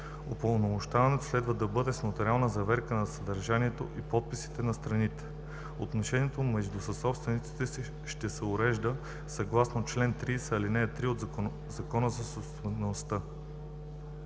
Упълномощаването следва да бъде с нотариална заверка на съдържанието и подписите на страните. Отношенията между съсобствениците ще се уреждат съгласно чл. 30, ал. 3 от Закона за собствеността.